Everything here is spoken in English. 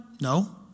No